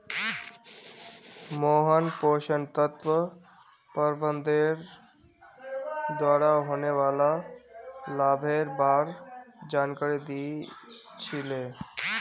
मोहन पोषण तत्व प्रबंधनेर द्वारा होने वाला लाभेर बार जानकारी दी छि ले